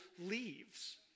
leaves